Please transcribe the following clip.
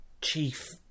Chief